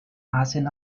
asien